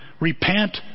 Repent